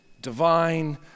divine